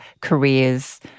careers